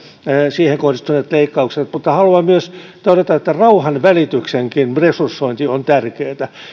siihen kohdistuneet leikkaukset haluan myös todeta että rauhanvälityksenkin resursointi on tärkeätä